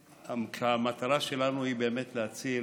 כשהמטרה שלנו היא באמת להציל